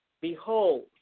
Behold